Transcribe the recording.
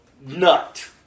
Nut